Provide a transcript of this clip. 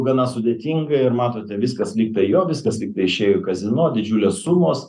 gana sudėtinga ir matote viskas lygtai jo viskas lyg viešėjo kazino didžiulės sumos